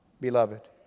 beloved